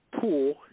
pool